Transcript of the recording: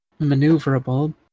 maneuverable